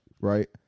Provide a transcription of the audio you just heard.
right